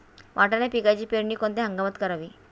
वाटाणा पिकाची पेरणी कोणत्या हंगामात करावी?